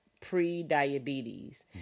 pre-diabetes